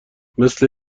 مثل